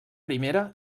primera